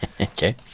okay